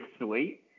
sweet